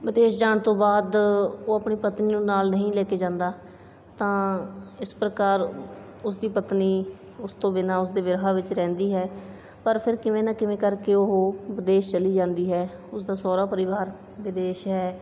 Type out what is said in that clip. ਵਿਦੇਸ਼ ਜਾਣ ਤੋਂ ਬਾਅਦ ਉਹ ਆਪਣੀ ਪਤਨੀ ਨੂੰ ਨਾਲ ਨਹੀਂ ਲੈ ਕੇ ਜਾਂਦਾ ਤਾਂ ਇਸ ਪ੍ਰਕਾਰ ਉਸ ਦੀ ਪਤਨੀ ਉਸ ਤੋਂ ਬਿਨਾਂ ਉਸ ਦੇ ਬਿਰਹਾ ਵਿੱਚ ਰਹਿੰਦੀ ਹੈ ਪਰ ਫਿਰ ਕਿਵੇਂ ਨਾ ਕਿਵੇਂ ਕਰਕੇ ਉਹ ਵਿਦੇਸ਼ ਚਲੀ ਜਾਂਦੀ ਹੈ ਉਸ ਦਾ ਸਹੁਰਾ ਪਰਿਵਾਰ ਵਿਦੇਸ਼ ਹੈ